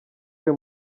uyu